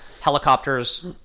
helicopters